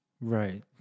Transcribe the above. Right